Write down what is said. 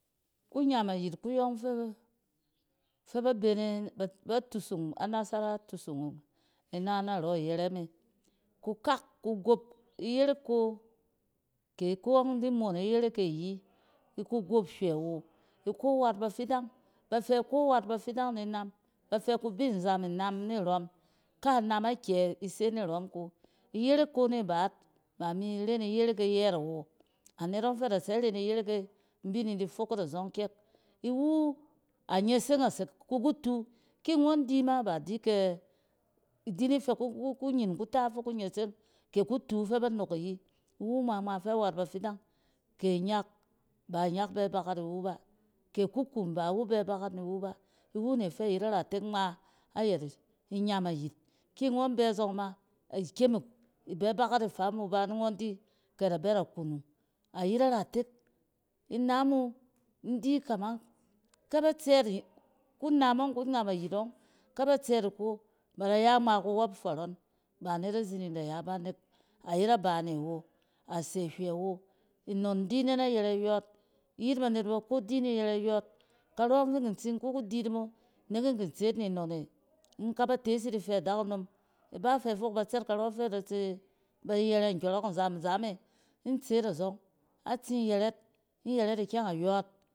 Ku nyam ayit kuyɔng fɛ-fɛ ba bene ba tusung, a nasara tusung ina narɔ yɛrɛ me, ku kak ku gob iyerek ko ke kong in di moon iyerek e ayi iku gob hywɛ wo, ikɔ wat bafidang. Ba fɛ iko wat bafidang ni inam bafɛ kubi nzam inam nirɔm. Ka inam akyɛ ise nirɔm ko. Iyerek ko ni baat, bami ren iyerek e yɛɛt awo. Anet ɔng fɛ da sɛ ren iyerek e in bini ndi fok yit azɔng kyɛk. Iwu, a nyeseng a sek ki kutu. Ki ngɔn di ma ba di kyɛ, idi ni fɛ kunyin kuta fi ku nyeseng kɛ kutu fɛ ban ok ayi. Iwu ngma ngma fɛ wat bafidang. Ke inyak, ba inyak bɛ bakar ni wuba, ke kukum, ba wu bɛ bakat ni wu ba iwune fɛ yet aratek ngma ayɛt inyam ayit. Ki ngɔn bɛ zɔng ma, ikyɛm ibɛ bakat a faam wu ba ni ngɔn di kɛ a da bɛ da kunung. Ayet aratek. Inam wu in di kamang kɛ ba tsɛɛt-kunam ɔng kunam ayit ɔng kɛ ba tsɛɛt iko, ba da ya ngma kuwɔp tɔrɔn ba anet a zining da yaba nek ayet abane awo. Ase hywɛ wo. Nnon di ne na yɛrɛ yↄↄt. iyit banet bako di nin yɛrɛ yↄↄt. karↄng fin kit sin ki kudi mo nek in kin tset ni nnone in kaba tees yit ifɛ ada tse tse ba yɛrɛ nkyↄrↄk nzam-nzam e in tseet azaonf atsin yɛrɛt, in yɛrɛt ukyɛng ayↄↄt